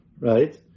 Right